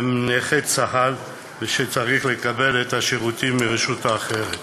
נכה צה"ל שצריך לקבל את השירותים מרשות אחרת.